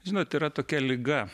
žinot yra tokia liga